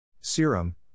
Serum